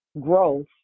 growth